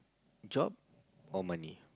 job or money